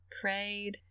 prayed